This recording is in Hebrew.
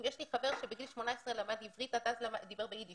יש לי חבר שבגיל 18 למד עברית ועד אז דיבר יידיש.